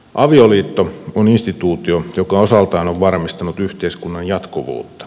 avioliitto on instituutio joka osaltaan on varmistanut yhteiskunnan jatkuvuutta